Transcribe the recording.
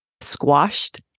squashed